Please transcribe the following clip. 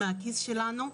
מהכיס שלנו.